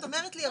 את אומרת לי,